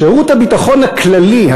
שירות הביטחון הכללי,